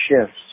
shifts